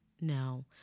No